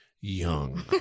Young